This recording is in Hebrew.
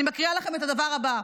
אני מקריאה לכם את הדבר הבא: